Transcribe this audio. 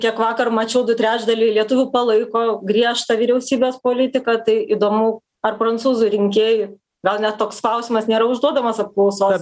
kiek vakar mačiau du trečdaliai lietuvių palaiko griežtą vyriausybės politiką tai įdomu ar prancūzų rinkėjai gal ne toks klausimas nėra užduodamas apklausos